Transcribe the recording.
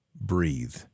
breathe